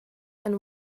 and